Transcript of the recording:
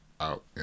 out